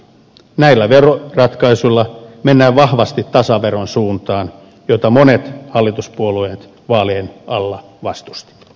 näillä veroratkaisuilla mennään vahvasti tasaveron suuntaan jota monet hallituspuolueet vaalien alla vastustivat